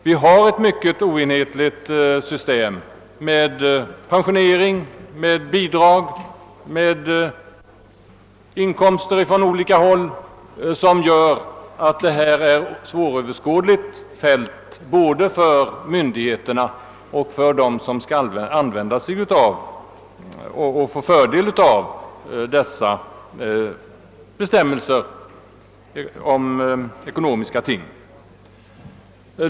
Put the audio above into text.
Vi har ett mycket oenhetligt system med pensionering, bidrag och inkomster från olika håll som gör hela fältet svåröverskådligt både för myndigheterna och för dem som skall få del av det ekonomiska stödet.